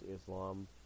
Islam